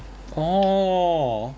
orh